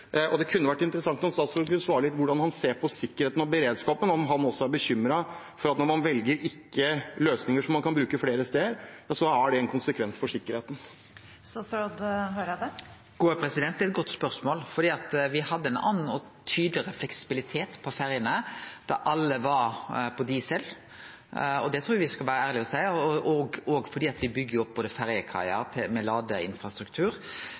Det kunne vært interessant om statsråden kunne svare på hvordan han ser på sikkerheten og beredskapen, om han også er bekymret for at når man ikke velger løsninger som man kan bruke flere steder, har det en konsekvens for sikkerheten. Det er eit godt spørsmål. Me hadde ein annan og tydelegare fleksibilitet på ferjene da alle gjekk på diesel – det trur eg me skal vere så ærlege og